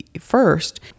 first